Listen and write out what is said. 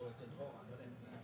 מגיעים להסכמה